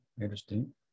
interesting